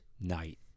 night